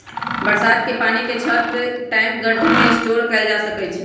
बरसात के पानी के छत, टैंक, गढ्ढे में स्टोर कइल जा सका हई